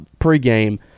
pregame